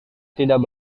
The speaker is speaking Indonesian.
tidak